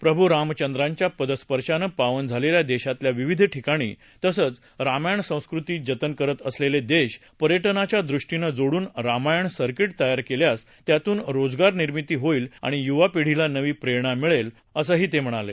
प्रभू रामचंद्रांच्या पदस्पर्शाने पावन झालेली देशातील विविध ठिकाणं तसंच रामायण संस्कृती जतन करीत असेलेले देश पर्यटनाच्या दृष्टीनं जोडून रामायण सर्कीट तयार केल्यास त्यातून रोजगार निर्मिती होईल व युवा पिढीला नवी प्रेरणा मिळेल असंही ते म्हणाले